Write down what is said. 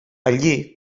allí